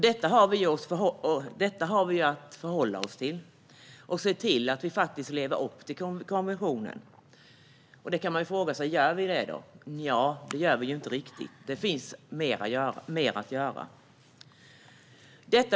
Detta har vi att förhålla oss till, och vi ska se till att leva upp till konventionen. Gör vi det? Nja, det gör vi inte riktigt. Det finns mer att göra.